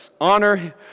honor